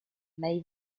may